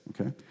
okay